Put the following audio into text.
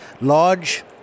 Large